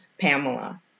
pamela